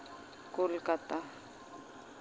Kolkata